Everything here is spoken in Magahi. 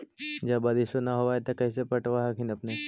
जब बारिसबा नय होब है तो कैसे पटब हखिन अपने?